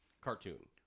cartoon